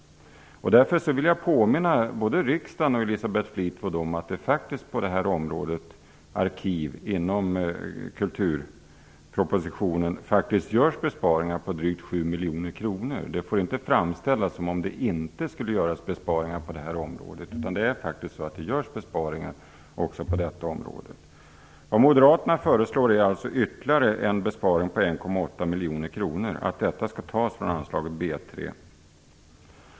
Därför vill jag påminna både riksdagen och Elisabeth Fleetwood om att det på området Arkiv i kulturpropositionen faktiskt görs besparingar på drygt 7 miljoner kronor. Det får inte framställas som om det inte skulle göras besparingar på det här området. Det är faktiskt så att det görs besparingar också på detta område. Det moderaterna föreslår är att ytterligare en besparing på 1,8 miljoner kronor skall göras i anslaget under punkt B 3.